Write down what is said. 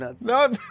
No